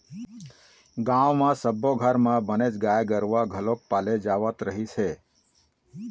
गाँव म सब्बो घर म बनेच गाय गरूवा घलोक पाले जावत रहिस हे